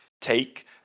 take